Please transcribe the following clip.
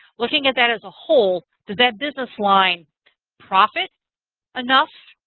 looking at that as a whole, does that business line profit enough?